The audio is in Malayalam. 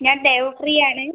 ഞാൻ ദേവപ്രിയ ആണ്